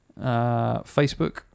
Facebook